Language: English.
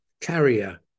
carrier